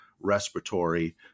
respiratory